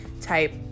type